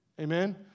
amen